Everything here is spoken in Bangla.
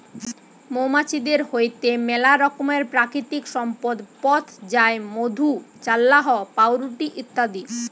মৌমাছিদের হইতে মেলা রকমের প্রাকৃতিক সম্পদ পথ যায় মধু, চাল্লাহ, পাউরুটি ইত্যাদি